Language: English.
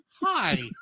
hi